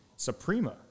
Suprema